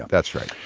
that's right